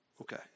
Okay